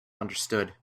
understood